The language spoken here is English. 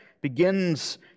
begins